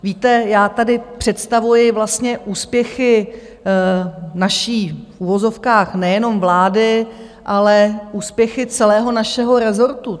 Víte, já tady představuji vlastně úspěchy naší v uvozovkách nejenom vlády, ale úspěchy celého našeho rezortu.